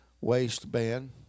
waistband